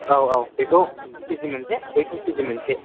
औ औ बेखौ केजि मोनसे बैखौ केजि मोनसे